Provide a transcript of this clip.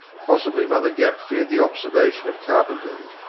possibly mother gapp feared the observation of carpenters.